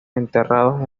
enterrados